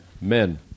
men